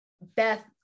beth